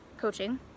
Coaching